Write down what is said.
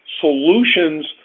solutions